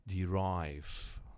derive